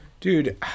Dude